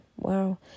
wow